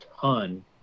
ton